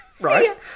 Right